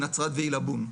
נצרת ועילבון.